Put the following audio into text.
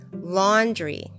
Laundry